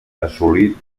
assolí